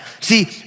See